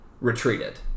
retreated